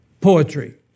poetry